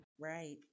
Right